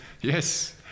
Yes